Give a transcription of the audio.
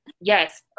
yes